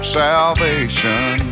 salvation